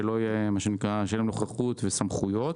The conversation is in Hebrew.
שתהיה להם נוכחות ויהיו להם סמכויות.